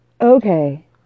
Okay